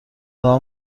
دعا